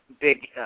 big